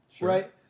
right